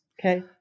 Okay